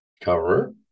Cover